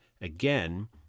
again